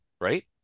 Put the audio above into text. right